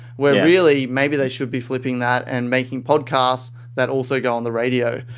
where, really, maybe they should be flipping that and making podcast that also go on the radio.